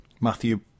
Matthew